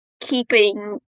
keeping